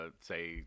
say